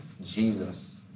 Jesus